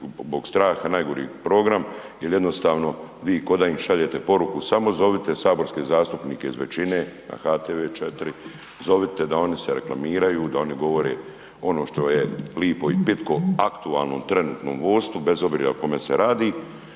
zbog straha najgori program jel jednostavno vi koda im šaljete poruku samo zovite saborske zastupnike iz većine na HTV 4, zovite da oni se reklamiraju, da oni govore ono što je lipo i pitko aktualnom trenutnom vodstvu bez obzira o kome se radi,